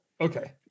Okay